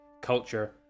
culture